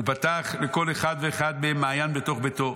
ופתח לכל אחד ואחד מהן מעיין בתוך ביתו,